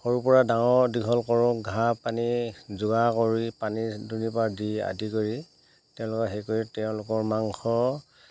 সৰুৰ পৰা ডাঙৰ দীঘল কৰোঁ ঘাঁহ পানী যোগাৰ কৰি পানী দুনিৰ পৰা দি আদি কৰি তেওঁলোকে হেৰি কৰি তেওঁলোকৰ মাংস